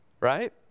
right